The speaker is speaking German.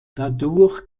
dadurch